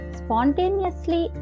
spontaneously